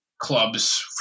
clubs